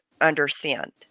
understand